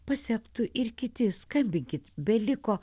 pasektų ir kiti skambinkit beliko